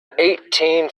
eighteen